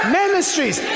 ministries